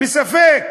בספק.